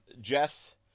jess